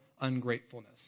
ungratefulness